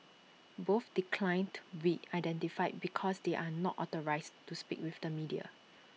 both declined to be identified because they are not authorised to speak with the media